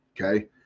okay